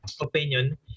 opinion